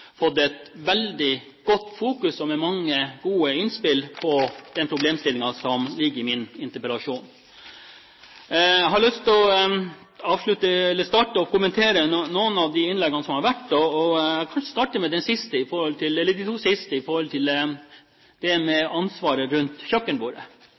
fått et veldig godt fokus og mange gode innspill på den problemstillingen som ligger i min interpellasjon. Jeg har lyst til å starte med å kommentere noen av de innleggene som har vært. Jeg kan starte med de to siste – når det gjelder det med ansvaret rundt kjøkkenbordet: rett og slett å diskutere med våre unge de problemstillinger de unge møter ute i